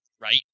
right